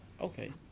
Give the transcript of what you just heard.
okay